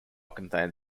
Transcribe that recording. contain